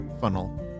funnel